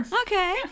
Okay